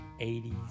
80s